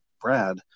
Brad